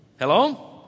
Hello